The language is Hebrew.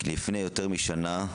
לפני יותר משנה,